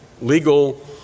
legal